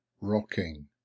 rocking